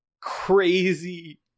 crazy